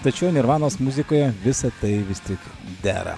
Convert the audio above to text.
tačiau nirvanos muzikoje visa tai vis tik dera